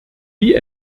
wie